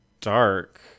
dark